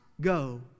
go